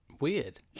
Weird